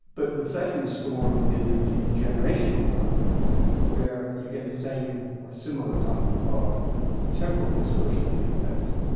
but the second storm is the intergenerational one where you get the same or similar kind of temporal dispersion of the effects.